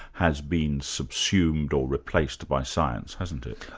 has been subsumed or replaced by science, hasn't it?